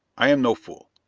i am no fool.